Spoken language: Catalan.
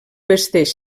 vesteix